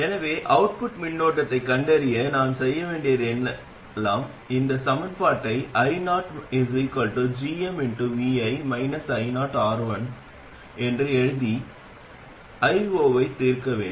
எனவே அவுட்புட் மின்னோட்டத்தைக் கண்டறிய நான் செய்ய வேண்டியதெல்லாம் இந்த சமன்பாட்டை iogmvi -ioR1 என்று எழுதி ஐஓவைத் தீர்க்க வேண்டும்